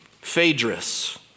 Phaedrus